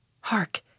Hark